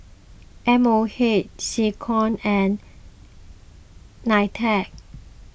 M O H SecCom and Nitec